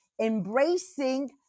embracing